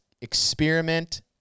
experiment